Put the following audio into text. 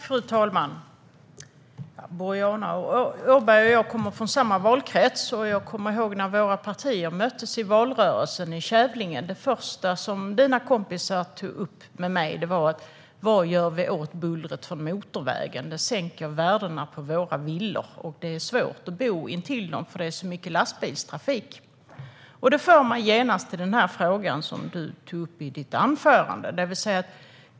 Fru talman! Boriana Åberg och jag kommer från samma valkrets. Jag kommer ihåg när våra partier möttes i Kävlinge under valrörelsen. Det första Borianas kompisar tog upp med mig var: Vad gör ni åt bullret från motorvägen? Det sänker värdena på våra villor. Och det är svårt att bo intill den, för det är så mycket lastbilstrafik. Det för mig genast till den fråga som du tog upp i ditt anförande, Boriana.